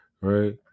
right